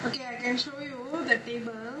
okay I can show you the table